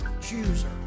chooser